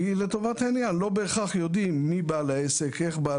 כי לא בהכרח יודעים מיהו בעל העסק ואיך הוא,